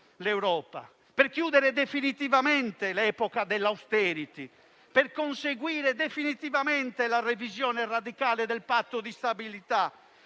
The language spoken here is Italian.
l'Europa, per chiudere definitivamente l'epoca dell'*austerity*, per conseguire definitivamente la revisione radicale del Patto di stabilità,